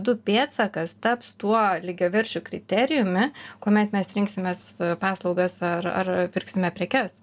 du pėdsakas taps tuo lygiaverčiu kriterijumi kuomet mes rinksimės paslaugas ar ar pirksime prekes